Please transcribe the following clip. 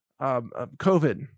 COVID